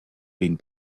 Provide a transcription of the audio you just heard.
been